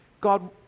God